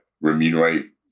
remunerate